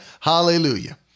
hallelujah